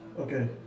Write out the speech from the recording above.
Okay